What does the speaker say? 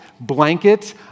blanket